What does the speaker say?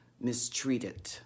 mistreated